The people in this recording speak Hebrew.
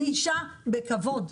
אני אישה בכבוד.